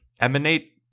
emanate